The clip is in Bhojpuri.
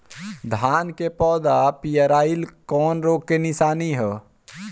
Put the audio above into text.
धान के पौधा पियराईल कौन रोग के निशानि ह?